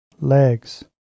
legs